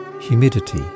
Humidity